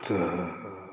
तऽ